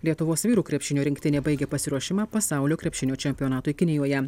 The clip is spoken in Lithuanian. lietuvos vyrų krepšinio rinktinė baigė pasiruošimą pasaulio krepšinio čempionatui kinijoje